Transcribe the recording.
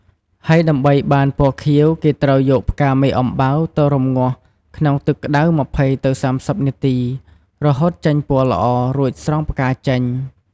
ហើយដើម្បីបានពណ៌ខៀវគេត្រូវយកផ្កាមេអំបៅ ទៅរំងាស់ក្នុងទឹកក្ដៅ ២០ ទៅ៣០នាទី រហូតចេញពណ៌ល្អ រួចស្រង់ផ្កាចេញ។